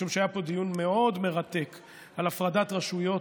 משום שהיה פה דיון מאוד מרתק על הפרדת רשויות,